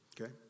okay